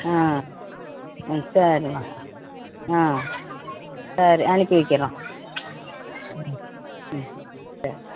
ஆ ம் சரிம்மா ஆ சரி அனுப்பி வைக்கிறோம் ம் ம் சரி